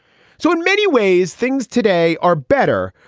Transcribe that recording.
so in many ways, things today are better.